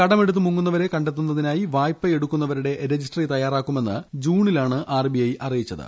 കടമെടുത്ത് മുങ്ങുന്നിപ്പുരെ കണ്ടെത്തുന്നതിനായി വായ്പയെടുക്കുന്ന്വരുടെ രജിസ്ട്രറി തയ്യാറാക്കുമെന്ന് ജൂണിലാണ് ആർബ്ബി ഐ അറിയിച്ചത്